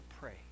pray